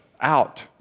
out